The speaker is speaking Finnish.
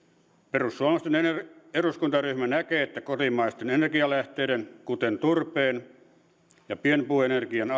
perussuomalaisten eduskuntaryhmä näkee että kotimaisten energialähteiden kuten turpeen ja pienpuuenergian